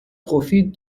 profit